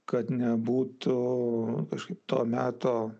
kad nebūtų kažkaip to meto